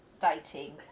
dating